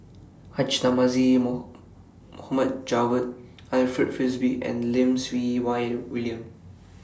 Haji Namazie Mohd Javad Alfred Frisby and Lim Siew Wai William